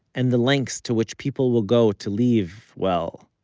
and the lengths to which people will go to leave, well,